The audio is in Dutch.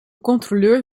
controleur